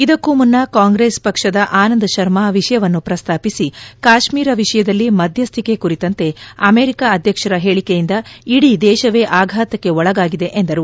ಇದಕ್ಕೂ ಮುನ್ನ ಕಾಂಗ್ರೆಸ್ ಪಕ್ಷದ ಆನಂದ ಶರ್ಮಾ ವಿಷಯವನ್ನು ಪ್ರಸ್ತಾಪಿಸಿ ಕಾಶ್ಮೀರ ವಿಷಯದಲ್ಲಿ ಮಧ್ಯಸ್ಥಿಕೆ ಕುರಿತಂತೆ ಅಮೆರಿಕ ಅಧ್ಯಕ್ಷರ ಹೇಳಿಕೆಯಿಂದ ಇದಿ ದೇಶವೇ ಆಘಾತಕ್ಕೆ ಒಳಗಾಗಿದೆ ಎಂದರು